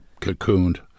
cocooned